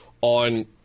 on